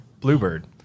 Bluebird